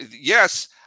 Yes